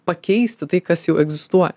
pakeisti tai kas jau egzistuoja